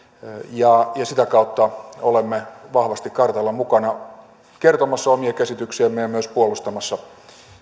ja sitä kautta olemme vahvasti kartalla mukana kertomassa omia käsityksiämme ja myös puolustamassa